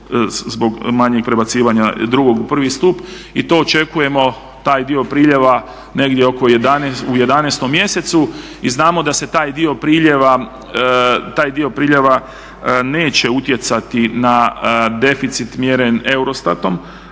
zbog manjeg prebacivanja drugog u prvi stup. I to očekujemo, taj dio priljeva negdje oko 11, u 11. mjesecu. I znamo da se taj dio priljeva neće utjecati na deficit mjeren Eurostatom